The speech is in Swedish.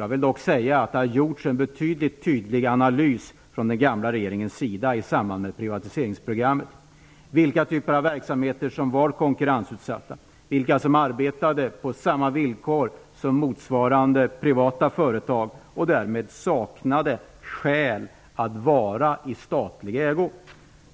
Jag vill dock säga att det har gjorts en mycket tydlig analys från den gamla regeringens sida i samband med privatiseringsprogrammet, i fråga om vilka typer av verksamheter som var konkurrensutsatta och vilka som arbetade på samma villkor som motsvarande privata företag och därmed saknade skäl att vara i statlig ägo.